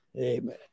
amen